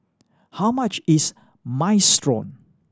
how much is Minestrone